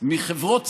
מחברות ציבוריות,